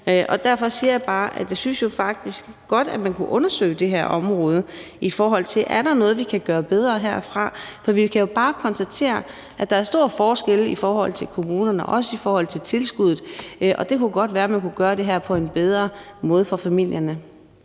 ud. Derfor siger jeg bare, at jeg faktisk synes, at man godt kunne undersøge det her område, i forhold til om der er noget, vi kan gøre bedre herfra. For vi kan jo bare konstatere, at der er store forskelle i forhold til kommunerne og også i forhold til tilskuddet, og det kunne godt være, at man kunne gøre det her på en bedre måde for familierne.